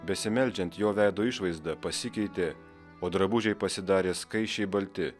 besimeldžiant jo veido išvaizda pasikeitė o drabužiai pasidarė skaisčiai balti